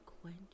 quench